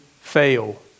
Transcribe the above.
fail